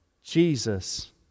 Jesus